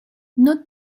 not